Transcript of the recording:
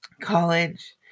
college